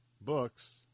Books